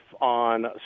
on